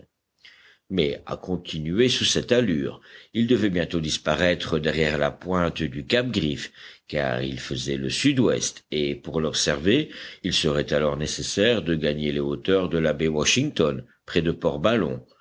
mais à continuer sous cette allure il devait bientôt disparaître derrière la pointe du cap griffe car il faisait le sud-ouest et pour l'observer il serait alors nécessaire de gagner les hauteurs de la baie washington près de